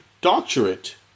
doctorate